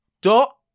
dot